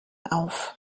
auf